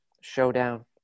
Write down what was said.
showdown